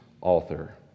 author